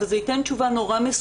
אבל זה ייתן תשובה מסוימת,